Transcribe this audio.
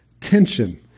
tension